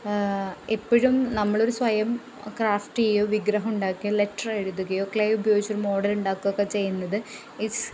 ഇപ്പോഴും നമ്മളൊരു സ്വയം ക്രാഫ്റ്റ് ചെയ്യുകയോ വിഗ്രഹമുണ്ടാക്കുകയോ ലെറ്ററെഴുതുകയോ ക്ലേ ഉപയോഗിച്ച് ഒരു മോഡലുണ്ടാക്കൊക്കെ ചെയ്യുന്നത് ഈസ്